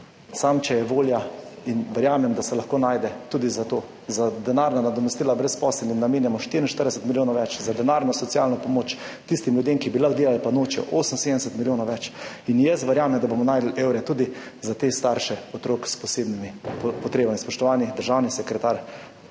samo če je volja, in verjamem, da se lahko najde tudi za to. Za denarna nadomestila brezposelnim namenjamo 44 milijonov več, za denarno socialno pomoč tistim ljudem, ki bi lahko delali, pa nočejo, 78 milijonov več. Jaz verjamem, da bomo našli evre tudi za te starše otrok s posebnimi potrebami. Spoštovani državni sekretar,